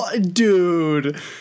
Dude